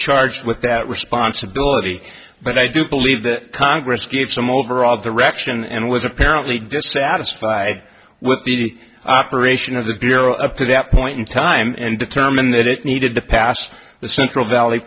charged with that responsibility but i do believe that congress gave some overall direction and was apparently dissatisfied with the operation of the bureau appeared at a point in time and determined that it needed to pass the central valley